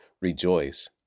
rejoice